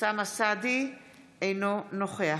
אינו נוכח